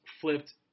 flipped